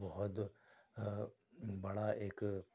بہت بڑا ایک